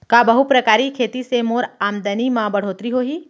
का बहुप्रकारिय खेती से मोर आमदनी म बढ़होत्तरी होही?